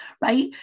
right